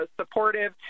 supportive